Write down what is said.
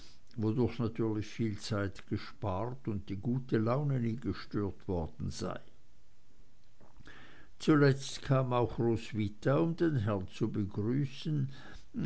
wodurch natürlich viel zeit gespart und die gute laune nie gestört worden sei zuletzt kam auch roswitha um den herrn zu begrüßen